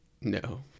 No